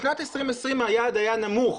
בשנת 2020 היעד היה נמוך,